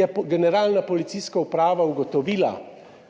je Generalna policijska uprava ugotovila,